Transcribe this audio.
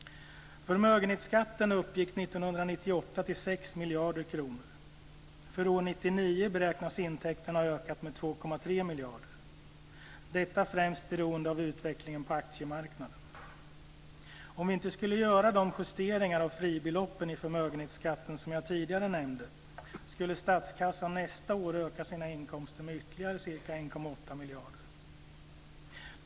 Förmögenhetsskatten uppgick 1998 till 6 miljarder kronor. För år 1999 beräknas intäkterna ha ökat med 2,3 miljarder. Detta beror främst på utvecklingen på aktiemarknaden. Om vi inte skulle göra de justeringar av fribeloppen i förmögenhetsskatten som jag tidigare nämnde skulle statskassan nästa år öka sina inkomster med ytterligare ca 1,8 miljarder.